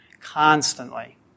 constantly